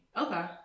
Okay